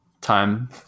time